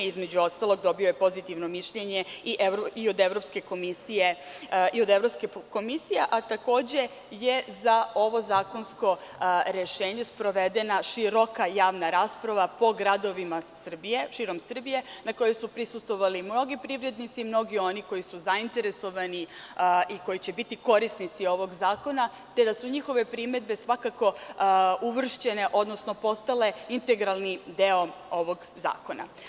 Između ostalog, dobio je pozitivno mišljenje i od Evropske komisije, a takođe je za ovo zakonsko rešenje sprovedena široka javna rasprava po gradovima širom Srbije na kojoj su prisustvovali mnogi privrednici, mnogo oni koji su zainteresovano i koji će biti korisnici ovog zakona, te da su njihove primedbe svakako uvršćene, odnosno postale integralni deo ovog zakona.